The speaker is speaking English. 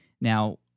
Now